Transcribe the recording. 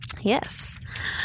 Yes